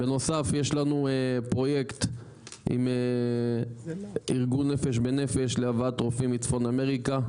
בנוסף יש לנו פרויקט עם ארגון נפש בנפש להבאת רופאים מצפון אמריקה,